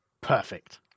Perfect